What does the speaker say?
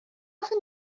often